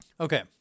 Okay